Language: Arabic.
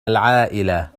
العائلة